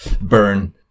burn